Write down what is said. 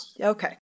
Okay